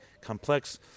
complex